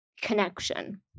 connection